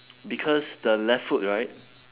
because the left foot right